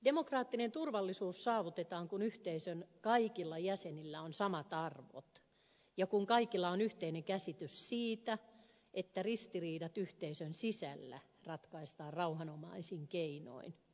demokraattinen turvallisuus saavutetaan kun yhteisön kaikilla jäsenillä on samat arvot ja kun kaikilla on yhteinen käsitys siitä että ristiriidat yhteisön sisällä ratkaistaan rauhanomaisin keinoin